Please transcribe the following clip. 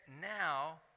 now